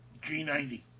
G90